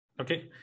Okay